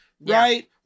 Right